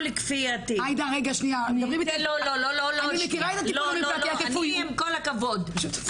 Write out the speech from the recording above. מישהו --- עם כול הכבוד,